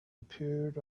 appeared